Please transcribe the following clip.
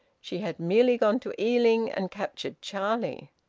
she had merely gone to ealing and captured charlie.